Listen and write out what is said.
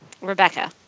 Rebecca